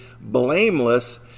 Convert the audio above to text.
blameless